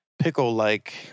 pickle-like